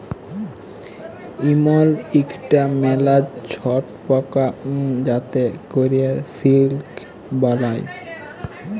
ইমল ইকটা ম্যালা ছট পকা যাতে ক্যরে সিল্ক বালাই